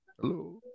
Hello